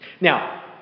Now